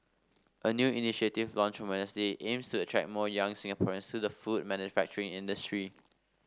a new initiative launched on Wednesday aims to attract more young Singaporeans to the food manufacturing industry